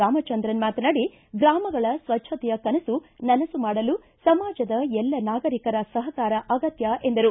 ರಾಮಚಂದ್ರನ ಮಾತನಾಡಿ ಗ್ರಾಮಗಳ ಸ್ವಜ್ವತೆಯ ಕನಸು ನನಸು ಮಾಡಲು ಸಮಾಜದ ಎಲ್ಲ ನಾಗರಿಕರ ಸಪಕಾರ ಅಗತ್ಯ ಎಂದರು